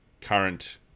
current